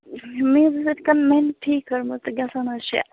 مےٚ حظ ٲس ٹھیٖک کٔرمٕژ تہٕ گَژھان حظ چھَ